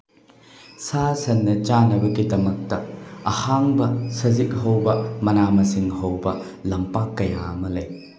ꯁꯥ ꯁꯟꯅ ꯆꯥꯅꯕꯒꯤꯗꯃꯛꯇ ꯑꯍꯥꯡꯕ ꯁꯖꯤꯛ ꯍꯧꯕ ꯃꯅꯥ ꯃꯁꯤꯡ ꯍꯧꯕ ꯂꯝꯄꯥꯛ ꯀꯌꯥ ꯑꯃ ꯂꯩ